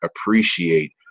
appreciate